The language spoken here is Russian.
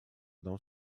дам